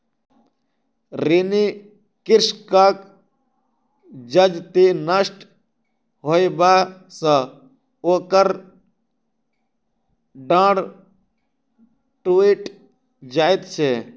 ऋणी कृषकक जजति नष्ट होयबा सॅ ओकर डाँड़ टुइट जाइत छै